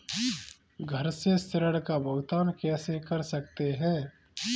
घर से ऋण का भुगतान कैसे कर सकते हैं?